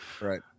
right